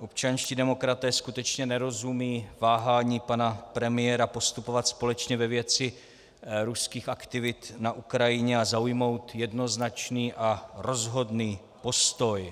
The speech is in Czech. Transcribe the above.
občanští demokraté skutečně nerozumějí váhání pana premiéra postupovat společně ve věci ruských aktivit na Ukrajině a zaujmout jednoznačný a rozhodný postoj.